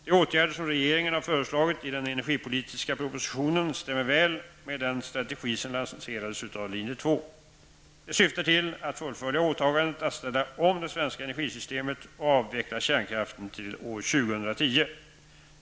De åtgärder som regeringen har föreslagit i den energipolitiska propositionen stämmer väl med den strategi som lanserades av linje 2. De syftar till att fullfölja åtagandet att ställa om det svenska energisystemet och avveckla kärnkraften till år 2010.